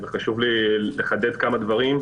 חשוב לי לחדד כמה דברים.